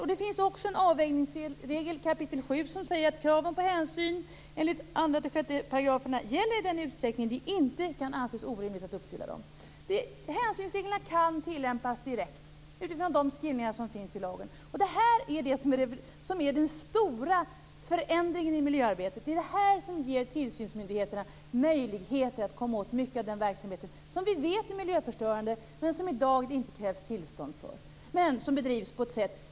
Vidare finns det en avvägningsregel, kap. 7, som säger att kraven på hänsyn enligt 2-6 §§ gäller i den utsträckning det inte kan anses orimligt att uppfylla dem. Hänsynsreglerna kan tillämpas direkt utifrån de skrivningar som finns i lagen. Det är den stora förändringen i miljöarbetet och det är det här som ger tillsynsmyndigheterna möjligheter att komma åt mycket av den verksamhet som vi vet är miljöförstörande men som det i dag inte krävs tillstånd för.